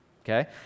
okay